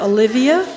Olivia